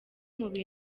umuntu